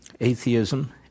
Atheism